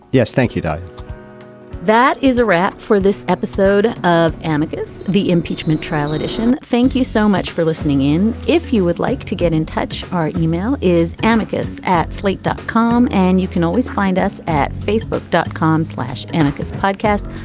yes, thank you, don that is a wrap for this episode of amicus. the impeachment trial edition. thank you so much for listening in. if you would like to get in touch, our email is amicus at slate dot com and you can always find us at facebook dot com slash annika's podcast.